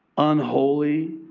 unholy,